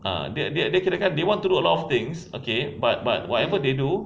ah dia dia kirakan they want to do a lot of things okay but but whatever they do